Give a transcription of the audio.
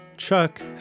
Chuck